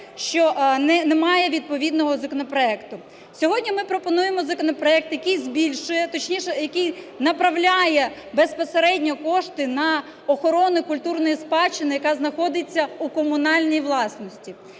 що немає відповідного законопроекту. Сьогодні ми пропонуємо законопроект, який збільшує, точніше, який направляє безпосередньо кошти на охорону культурної спадщини, яка знаходиться у комунальній власності.